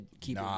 keep